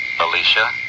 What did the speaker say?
Alicia